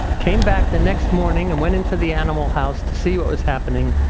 came back the next morning and went in to the animal house to see what was happening